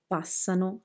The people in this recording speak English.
passano